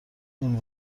این